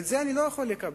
את זה אני לא יכול לקבל.